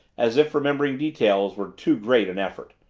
as if remembering details were too great an effort.